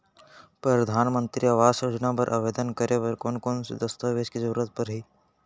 परधानमंतरी आवास योजना बर आवेदन करे बर कोन कोन से दस्तावेज के जरूरत परही?